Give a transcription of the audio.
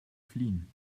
fliehen